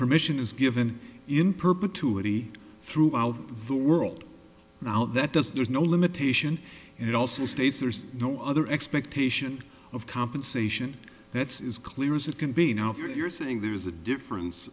permission is given in perpetuity throughout the world now that does there's no limitation it also states there's no other expectation of compensation that's is clear as it can be now you're saying there is a difference